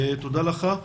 תודה לך.